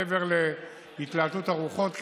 מעבר להתלהטות הרוחות כאן,